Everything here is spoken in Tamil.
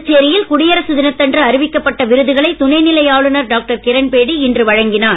புதுச்சேரியில் குடியரசு தினத்தன்று அறிவிக்கப்பட்ட விருதுகளை துணை நிலை ஆளுநர் டாக்டர் கிரண்பேடி இன்று வழங்கினார்